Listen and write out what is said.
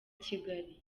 kigali